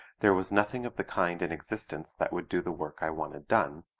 there was nothing of the kind in existence that would do the work i wanted done,